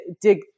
dig